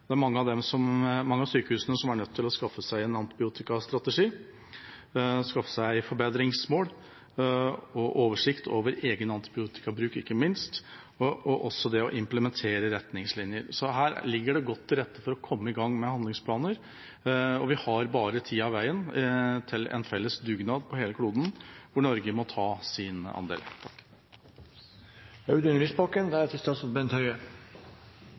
Det er mange av sykehusene som er nødt til å skaffe seg en antibiotikastrategi, skaffe seg forbedringsmål og oversikt over egen antibiotikabruk, ikke minst, og også det å implentere retningslinjer. Så her ligger det godt til rette for å komme i gang med handlingsplaner. Vi har bare tida og veien til en felles dugnad på hele kloden, der Norge må ta sin andel.